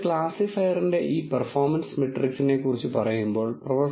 ഒരു ക്ലാസിഫയറിന്റെ ഈ പെർഫോമൻസ് മെട്രിക്സിനെ കുറിച്ച് പറയുമ്പോൾ പ്രൊഫ